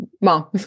mom